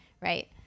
Right